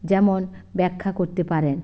যেমন ব্যাখ্যা করতে পারেন